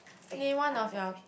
name one of your